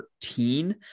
13